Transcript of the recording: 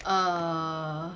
err